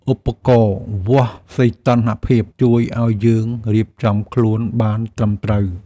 ឧបករណ៍វាស់សីតុណ្ហភាពជួយឱ្យយើងរៀបចំខ្លួនបានត្រឹមត្រូវ។